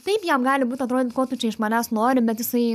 taip jam gali būt atrodyt ko tu čia iš manęs nori bet jisai